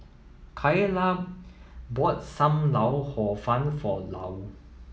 Kaela bought Sam Lau Hor Fun for Lou